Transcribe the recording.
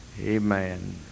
Amen